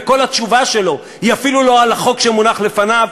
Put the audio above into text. וכל התשובה שלו היא אפילו לא על החוק שמונח לפניו,